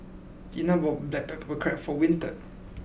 Tiana bought Black Pepper Crab for Winter